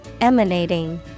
Emanating